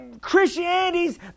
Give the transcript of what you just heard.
Christianity's